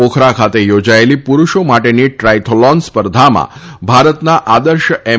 પોખરા ખાતે યોજાયેલી પુરુષો માટેની ટ્રાઇથોલોન સ્પર્ધામાં ભારતના આદર્શ એમ